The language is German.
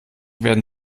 werden